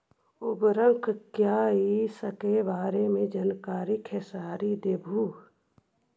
उर्वरक क्या इ सके बारे मे जानकारी खेसारी देबहू?